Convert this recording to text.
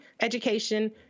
education